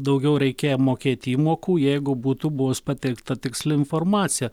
daugiau reikėję mokėt įmokų jeigu būtų buvus pateikta tiksli informacija